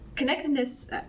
Connectedness